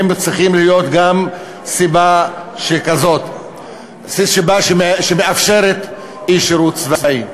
הם צריכים להיות גם סיבה שכזאת שמאפשרת אי-שירות צבאי.